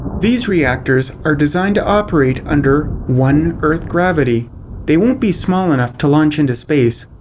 these reactors are designed to operate under one earth gravity. they won't be small enough to launch into space.